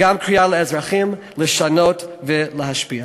וגם קוראים לאזרחים לשנות ולהשפיע.